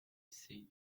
see